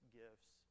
gifts